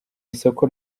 isoko